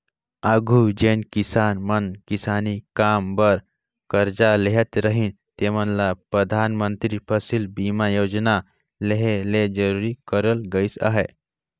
आघु जेन किसान मन किसानी काम बर करजा लेहत रहिन तेमन ल परधानमंतरी फसिल बीमा योजना लेहे ले जरूरी करल गइस अहे